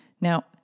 Now